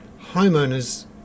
homeowners